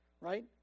right